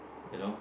you know